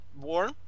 War